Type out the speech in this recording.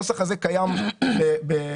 הנוסח הזה קיים בהמשך,